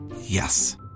Yes